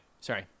sorry